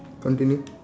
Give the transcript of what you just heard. continue